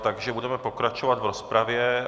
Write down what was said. Takže budeme pokračovat v rozpravě.